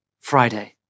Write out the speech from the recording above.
Friday